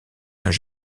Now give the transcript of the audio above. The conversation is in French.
saint